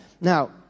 Now